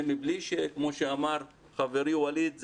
וכמו שאמר חברי ווליד,